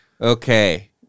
Okay